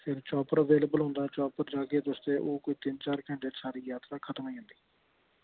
फिर chopper available होंदा chopper च जाह्गे तुस ओह् कोई तिन्न चार घैंटे च सारी जात्तरा खतम होई जंदी